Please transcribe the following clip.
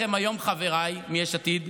חבריי מיש עתיד,